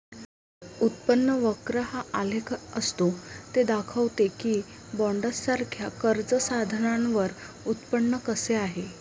उत्पन्न वक्र हा आलेख असतो ते दाखवते की बॉण्ड्ससारख्या कर्ज साधनांवर उत्पन्न कसे आहे